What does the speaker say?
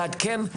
לעדכן,